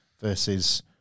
versus